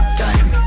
time